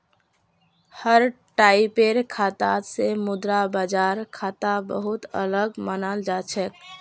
हर टाइपेर खाता स मुद्रा बाजार खाता बहु त अलग मानाल जा छेक